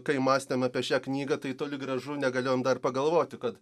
kai mąstėm apie šią knygą tai toli gražu negalėjom dar pagalvoti kad